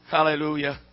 Hallelujah